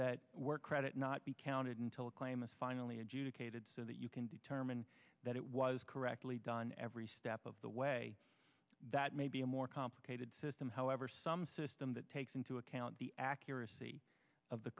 that work credit not be counted until a claim is finally adjudicated so that you can determine that it was correctly done every step of the way that may be a more complicated system however some system that takes into account the accuracy of the